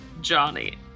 Johnny